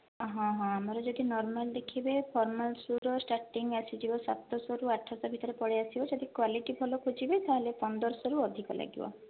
ହଁ ହଁ ଆମର ଯଦି ନର୍ମାଲ ଦେଖିବେ ଫର୍ମାଲ୍ ଶୁଜ ର ସ୍ଟାର୍ଟିଂ ଆସିଯିବ ସାତଶହ ରୁ ଆଠଶହ ଭିତରେ ପଳେଇ ଆସିଯିବ ଯଦି କ୍ୱାଲିଟି ଭଲ ଖୋଜିବେ ତାହେଲେ ପନ୍ଦର ଶହ ରୁ ଅଧିକ ଲାଗିବ